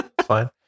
Fine